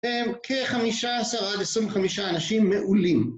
כ-15 עד 25 אנשים מעולים